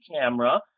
camera